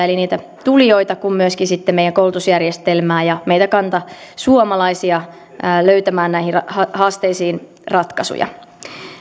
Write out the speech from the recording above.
eli niitä tulijoita kuin myöskin sitten meidän koulutusjärjestelmäämme ja meitä kantasuomalaisia löytämään näihin haasteisiin ratkaisuja